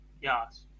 Yes